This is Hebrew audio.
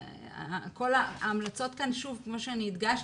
ההמלצות כאן, כמו שהדגשתי,